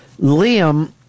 Liam